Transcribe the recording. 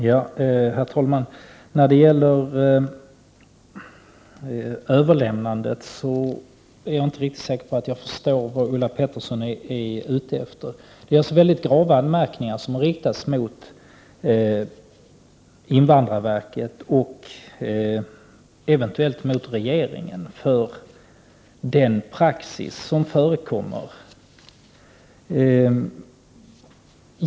Herr talman! När det gäller överlämnandet är jag inte riktigt säker på att jag förstår vad Ulla Pettersson är ute efter. Det är alltså mycket grava anmärkningar som har riktats mot invandrarverket och eventuellt mot regeringen för den praxis som förekommer.